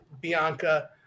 Bianca